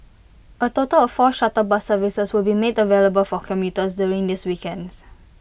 A total of four shuttle bus services will be made available for commuters during these weekends